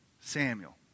Samuel